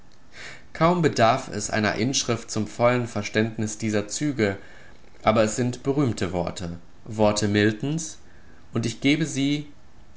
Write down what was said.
kaum bedarf es einer inschrift zum vollen verständnis dieser züge aber es sind berühmte worte worte miltons und ich gebe sie